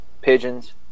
pigeons